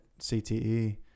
CTE